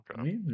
okay